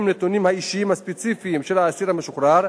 נתוניו האישיים הספציפיים של האסיר המשוחרר,